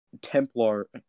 Templar